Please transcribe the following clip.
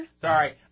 Sorry